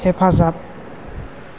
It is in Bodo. हेफाजाब